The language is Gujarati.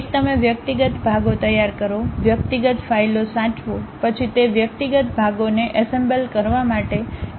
એક તમે વ્યક્તિગત ભાગો તૈયાર કરો વ્યક્તિગત ફાઇલો સાચવો પછી તે વ્યક્તિગત ભાગોને એસેમ્બલ કરવા માટે ઈમ્પોર્ટ કરો